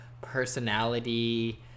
Personality